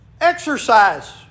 exercise